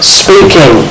speaking